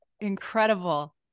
incredible